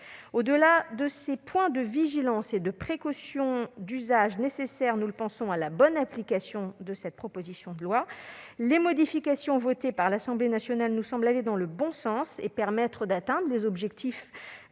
Au-delà de ces points de vigilance et de ces précautions nécessaires, nous pensons à la bonne application de cette proposition de loi. Les modifications votées par l'Assemblée nationale nous semblent aller dans le bon sens et permettre d'atteindre les objectifs